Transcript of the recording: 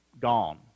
gone